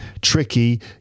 tricky